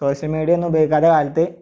social media ഒന്നും ഉപയോഗിക്കാത്ത കാലത്ത്